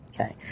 Okay